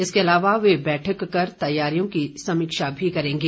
इसके अलावा वे बैठक कर तैयारियों की समीक्षा भी करेंगे